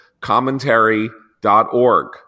Commentary.org